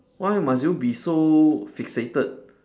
why must you be so fixated